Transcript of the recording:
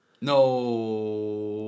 No